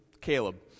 Caleb